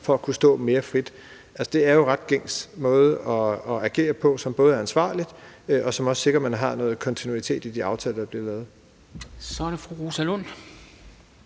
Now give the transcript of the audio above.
for at kunne stå mere frit. Det er jo en ret gængs måde at agere på, som både er ansvarlig, og som også sikrer, at man har noget kontinuitet i de aftaler, der bliver lavet. Kl. 13:38 Formanden